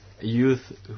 youth